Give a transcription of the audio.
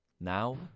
Now